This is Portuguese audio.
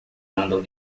andam